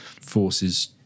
Forces